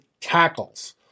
tackles